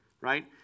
Right